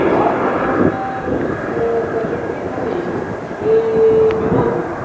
बाल कल्याणके सेक्रेटरी छथिन से विनोद मिश्र